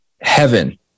heaven